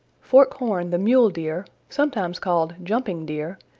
forkhorn the mule deer, sometimes called jumping deer,